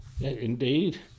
Indeed